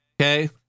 Okay